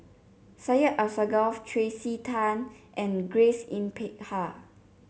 Syed Alsagoff Tracey Tan and Grace Yin Peck Ha